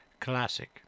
Classic